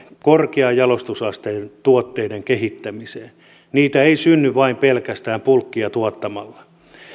korkean jalostusasteen tuotteitten kehittämiseen niitä ei synny pelkästään bulkkia tuottamalla